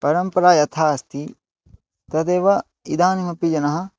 परम्परा यथा अस्ति तदेव इदानीमपि जनः